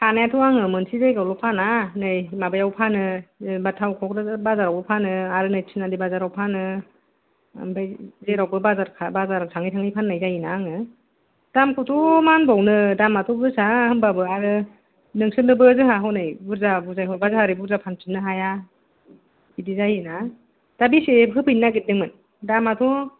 हानायाथ' आङो मोनसे जायगायावल' फाना नै माबायाव फानो टाउन कक्राझार बाजारावबो फानो आर नै तिनालि बाजाराव फानो आमफ्राय जेरावबो बाजार खा बाजार थाङै थाङै फाननाय जायो ना आङो दामखौथ' मा होनबावनो दामाथ' गोसा होनबाबो आरो नोंसोरनोबो जोंहा हनै बुरजा बुजाय हरबा जोंहा बुरजा फानफिननो हाया बिदि जायो ना दा बेसे होफैनो नागिरदोंमोन दामाथ'